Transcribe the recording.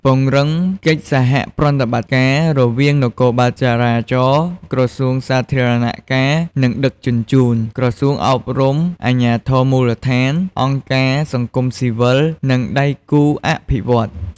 ពង្រឹងកិច្ចសហប្រតិបត្តិការ រវាងនគរបាលចរាចរណ៍ ក្រសួងសាធារណការ និងដឹកជញ្ជូន ក្រសួងអប់រំ អាជ្ញាធរមូលដ្ឋាន អង្គការសង្គមស៊ីវិល និងដៃគូអភិវឌ្ឍន៍។